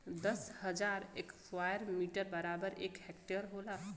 दस हजार square metre बराबर एक हेक्टेयर होला